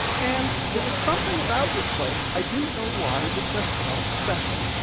and there was something about this place, i didn't know why, that just felt special.